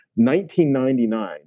1999